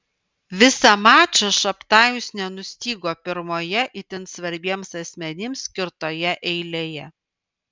visą mačą šabtajus nenustygo pirmoje itin svarbiems asmenims skirtoje eilėje